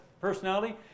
personality